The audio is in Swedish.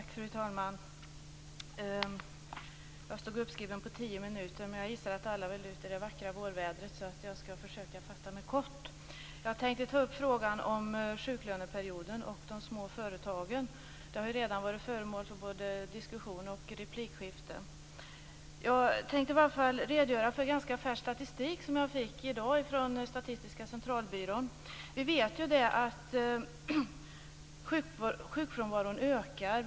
Fru talman! Jag står uppskriven på tio minuter, men jag gissar att alla vill ut i det vackra vårvädret, så jag skall försöka fatta mig kort. Jag tänkte ta upp frågan om sjuklöneperioden och de små företagen. De har redan varit föremål för diskussion i både anföranden och replikskiften. Jag tänkte redogöra för en ganska färsk statistik som jag fick i dag från Statistiska centralbyrån. Vi vet att sjukfrånvaron ökar.